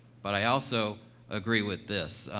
but i also agree with this,